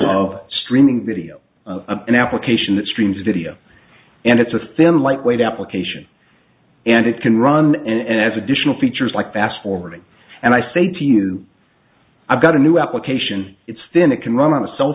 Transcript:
of streaming video of an application that streams video and it's a thin lightweight application and it can run and has additional features like fast forwarding and i say to you i've got a new application it's then it can run on a cell